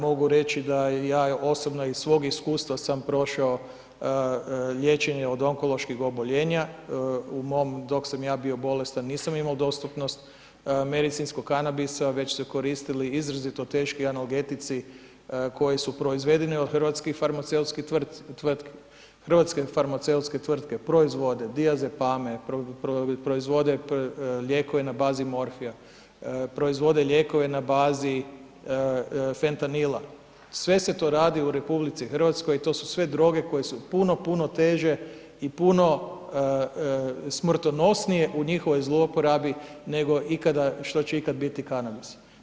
Mogu reći da i ja osobno iz svog iskustva sam prošao liječenje od onkološkog oboljenja, u mom, dok sam ja bio bolestan, nisam imao dostupnost medicinskog kanabisa već su se koristili izrazito teški analgetici koji su proizvedeni od hrvatskih farmaceutskih tvrtki, hrvatske farmaceutske tvrtke, proizvode diazepame, proizvode lijekove na bazi morfija, proizvode lijekove na bazi fentanila, sve se to radi u Republici Hrvatskoj, i to su sve droge koje su puno, puno teže i puno smrtonosnije u njihovoj zlouporabi, nego ikada, što će ikad biti kanabis.